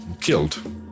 killed